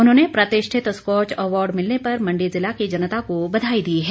उन्होंने प्रतिष्ठित Scotch award मिलने पर मंडी जिला की जनता को बधाई दी है